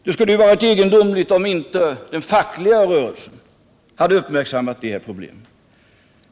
Det skulle varit egendomligt om inte den fackliga rörelsen hade uppmärksammat dessa problem.